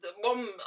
one